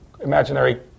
imaginary